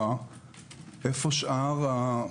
איפה משרד התחבורה?